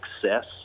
success